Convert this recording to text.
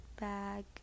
bag